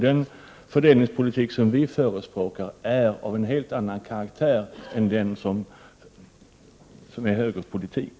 Den fördelningspolitik som vi förespråkar är av en helt annan karaktär än högerpolitiken.